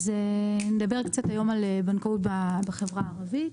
אז היום נדבר קצת על בנקאות בחברה הערבית.